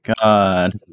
god